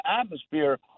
atmosphere